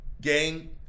Gang